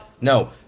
No